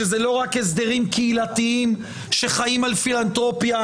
שזה לא רק הסדרים קהילתיים שחיים על פילנתרופים..